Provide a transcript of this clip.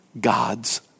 God's